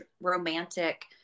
romantic